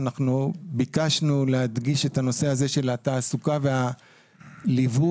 ביקשנו להדגיש את הנושא של התעסוקה והליווי,